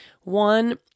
One